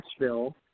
Nashville